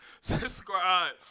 Subscribe